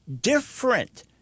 different